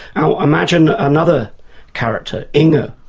now imagine another character, inga,